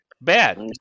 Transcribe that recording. Bad